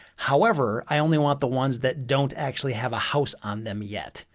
however, i only want the ones that don't actually have a house on them yet,